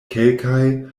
kelkaj